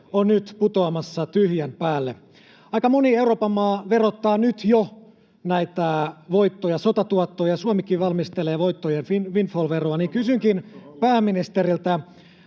on nyt putoamassa tyhjän päälle. Aika moni Euroopan maa verottaa nyt jo näitä voittoja, sotatuottoja, ja Suomikin valmistelee voittojen windfall-veroa. Kysynkin pääministeriltä: